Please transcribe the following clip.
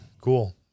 Cool